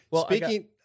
Speaking